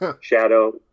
Shadow